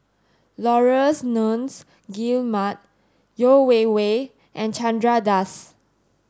Laurence Nunns Guillemard Yeo Wei Wei and Chandra Das